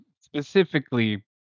specifically